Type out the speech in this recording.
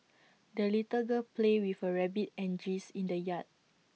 the little girl played with her rabbit and geese in the yard